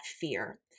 fear